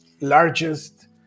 largest